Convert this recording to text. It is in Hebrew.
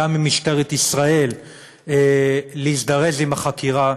גם ממשטרת ישראל להזדרז עם החקירה.